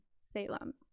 Salem